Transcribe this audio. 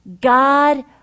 God